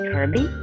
Kirby